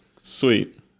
Sweet